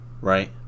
right